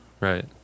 Right